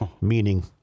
Meaning